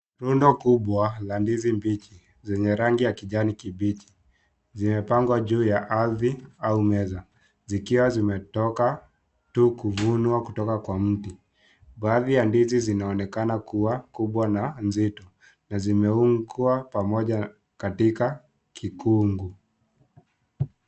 Rundo kubwa, la ndizi mbichi, zenye rangi ya kijani kibichi, zimepangwa juu ya ardhi au meza, zikiwa zimetoka, tu kuvunwa kutoka kwa mti, baadhi ya ndizi zinaonekana kuwa, kubwa na, nzito, na zimeungwa pamoja katika kikungu.